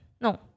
no